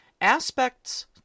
Aspects